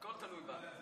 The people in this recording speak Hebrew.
הכול תלוי בנו.